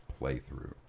playthrough